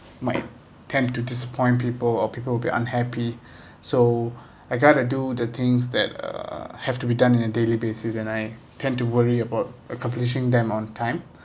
might tend to disappoint people or people would be unhappy so I got to do the things that uh have to be done in a daily basis and I tend to worry about accomplishing them on time